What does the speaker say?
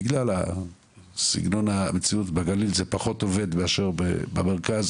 בגלל סגנון המציאות בגליל זה פחות עובד מאשר במרכז,